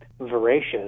voracious